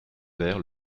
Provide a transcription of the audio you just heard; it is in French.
verts